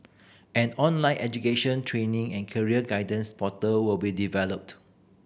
an online education training and career guidance portal will be developed